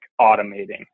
automating